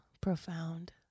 profound